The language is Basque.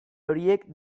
horiek